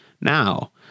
Now